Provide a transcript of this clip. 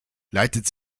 leitet